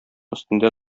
өстендә